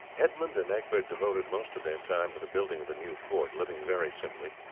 edmund and egbert devoted most of their time to the building of the new fort, living very simply,